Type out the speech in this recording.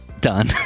Done